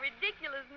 ridiculous